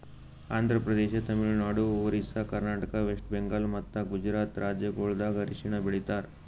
Andhra Pradesh, Tamil Nadu, Orissa, Karnataka, West Bengal ಮತ್ತ ಗುಜರಾತ್ ರಾಜ್ಯಗೊಳ್ದಾಗ್ ಅರಿಶಿನ ಬೆಳಿತಾರ್